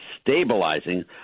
stabilizing